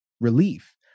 relief